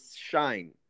shine